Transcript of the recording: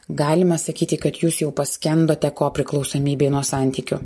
galime sakyti kad jūs jau paskendote kopriklausomybėj nuo santykių